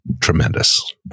tremendous